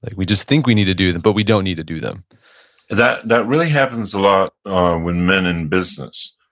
like we just think we need to do them, but we don't need to do them that that really happens a lot with men in business,